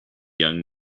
young